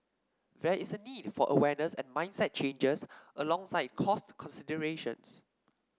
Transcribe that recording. there is a need for awareness and mindset changes alongside cost considerations